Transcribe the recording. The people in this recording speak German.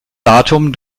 datum